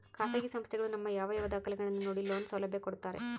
ಖಾಸಗಿ ಸಂಸ್ಥೆಗಳು ನಮ್ಮ ಯಾವ ಯಾವ ದಾಖಲೆಗಳನ್ನು ನೋಡಿ ಲೋನ್ ಸೌಲಭ್ಯ ಕೊಡ್ತಾರೆ?